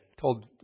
Told